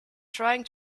trying